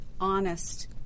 honest